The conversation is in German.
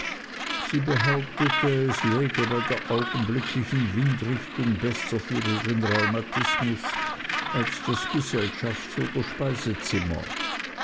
sie behauptete es läge bei der augenblicklichen windrichtung besser für ihren rheumatismus als das gesellschafts